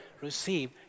receive